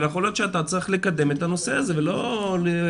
יכול להיות שאתה צריך לקדם את הנושא הזה ולא להחזיק